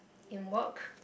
in work